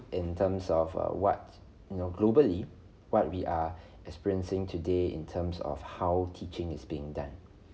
in terms of uh what you know globally what we are experiencing today in terms of how teaching is being done